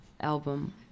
album